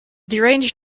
deranged